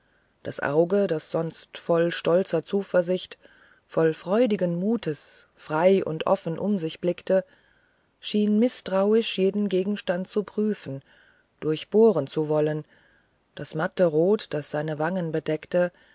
das auge das sonst voll stolzer zuversicht voll freudigen mutes frei und offen um sich blickte schien mißtrauisch jeden gegenstand zu prüfen durchbohren zu wollen das matte rot das seine wangen bedeckte